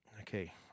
Okay